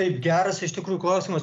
geras iš tikrųjų klausimas